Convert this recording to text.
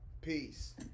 Peace